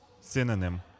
Synonym